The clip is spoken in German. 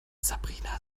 sabrina